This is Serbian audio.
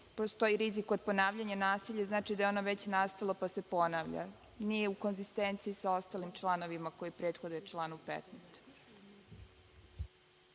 postoji rizik od ponavljanja nasilja, znači da je ono već nastalo, pa se ponavlja. Nije u konsistenciji sa ostalim članovima koji prethode članu 15.